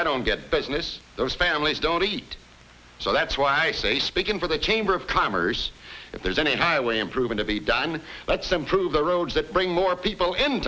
i don't get business those families don't eat so that's why i say speaking for the chamber of commerce if there's any highway improving to be done let's improve the roads that bring more people in